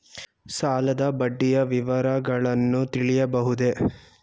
ಸಾಲದ ಬಡ್ಡಿಯ ವಿವರಗಳನ್ನು ತಿಳಿಯಬಹುದೇ?